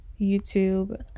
YouTube